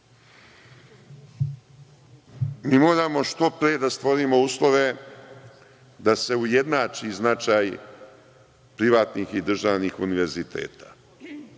moramo što pre da stvorimo uslove da se ujednači značaj privatnih i državnih univerziteta.